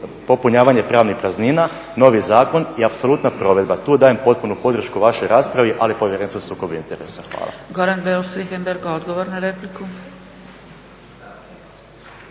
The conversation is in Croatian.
popunjavanje pravnih praznina, novi zakon i apsolutna provedba, tu dajem potpunu podršku vašoj raspravi ali i Povjerenstvu o sukobu interesa. Hvala.